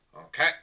Okay